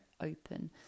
open